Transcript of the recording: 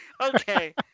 okay